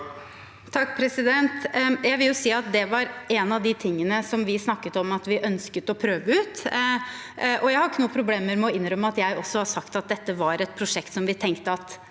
(A) Jeg vil si at det var en av de tingene vi snakket om at vi ønsket å prøve ut, og jeg har ikke noe problem med å innrømme at jeg også har sagt at dette var et prosjekt vi tenkte var